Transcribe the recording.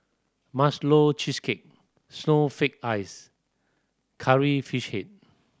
Marshmallow Cheesecake Snowflake Ice Curry Fish Head